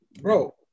bro